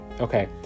Okay